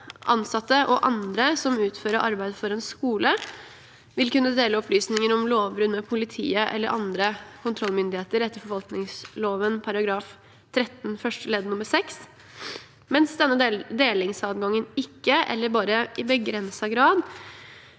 ansatte og andre som utfører arbeid for en skole, vil kunne dele opplysninger om lovbrudd med politiet eller andre kontrollmyndigheter etter forvaltningsloven § 13 første ledd nr. 6, mens denne delingsadgangen ikke eller bare i begrenset grad